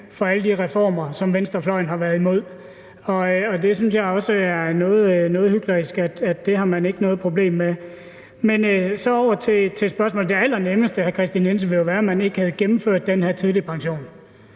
fra alle de reformer, som venstrefløjen har været imod. Det synes jeg også er noget hyklerisk; at man ikke har noget problem med det. Men så over til spørgsmålet: Det allernemmeste, hr. Kristian Jensen, ville jo være, at man ikke havde gennemført den her tidlige pension,